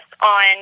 on